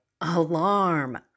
alarm